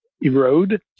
erode